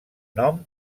nom